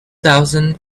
thousand